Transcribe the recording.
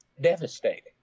devastating